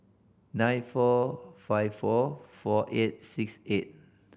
nine four five four four eight six eight